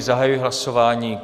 Zahajuji hlasování.